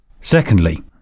Secondly